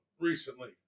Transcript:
recently